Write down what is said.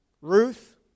Ruth